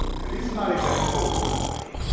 and these are not exact quotes, by the way.